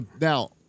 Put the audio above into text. Now